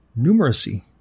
numeracy